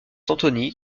anthony